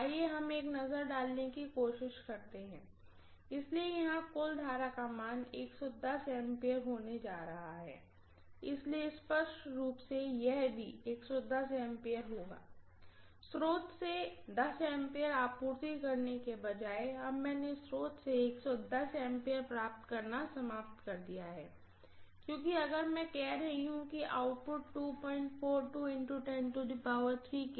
आइए हम एक नज़र डालने की कोशिश करते हैं इसलिए यहाँ कुल करंट का मान A होने जा रहा है इसलिए स्पष्ट रूप से यह भी A होगा स्रोत सेA आपूर्ति करने के बजाय अब मैंने स्रोत से A प्राप्त करना समाप्त कर दिया है क्योंकि अगर मैं कह रही हूँ कि आउटपुट kVA है